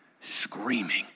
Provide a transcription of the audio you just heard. screaming